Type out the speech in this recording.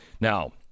Now